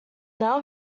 now